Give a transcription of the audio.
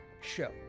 show